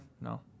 No